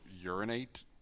urinate